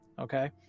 Okay